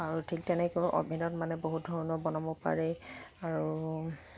আৰু ঠিক তেনেকৈ অ'ভেনত মানে বহুত ধৰণৰ বনাব পাৰে আৰু